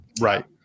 Right